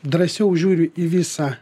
drąsiau žiūri į visą